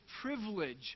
privilege